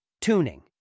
Tuning